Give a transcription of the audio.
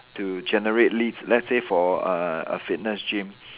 to generate leads let's say for a a fitness gym